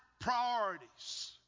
priorities